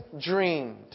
dreamed